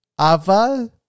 Ava